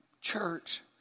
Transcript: Church